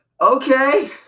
Okay